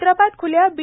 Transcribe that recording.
हैद्राबाद खुल्या बी